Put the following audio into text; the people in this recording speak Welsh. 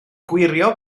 gwirio